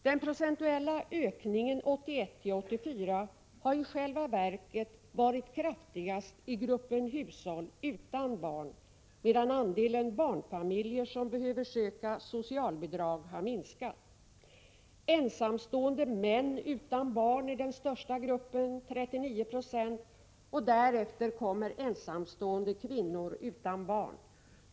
Den procentuella ökningen under tiden 1981-1984 har i själva verket varit kraftigast i gruppen hushåll utan barn, medan andelen barnfamiljer som behöver söka socialbidrag har minskat. Ensamstående män utan barn är den största gruppen, 39 20, och därefter kommer ensamstående kvinnor utan barn.